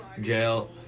jail